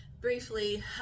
briefly